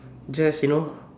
just you know